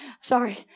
Sorry